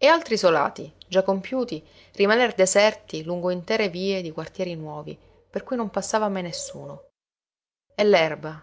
e altri isolati già compiuti rimaner deserti lungo intere vie di quartieri nuovi per cui non passava mai nessuno e l'erba